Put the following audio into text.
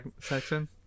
section